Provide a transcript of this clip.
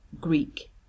Greek